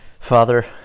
Father